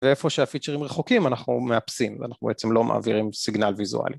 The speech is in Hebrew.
ואיפה שהפיצ'רים רחוקים אנחנו מאפסים ואנחנו בעצם לא מעבירים סיגנל ויזואלי.